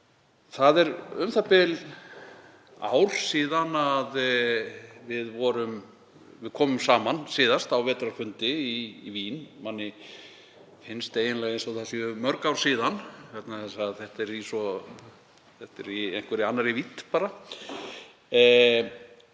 Það er u.þ.b. ár síðan að við komum saman síðast á vetrarfundi í Vín. Manni finnst eiginlega eins og það séu mörg ár síðan vegna þess að þetta er í einhverri annarri vídd. Þar